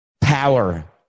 power